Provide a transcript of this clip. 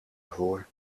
voor